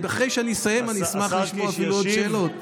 אחרי שאני אסיים, אני אפילו אשמח לשמוע עוד שאלות.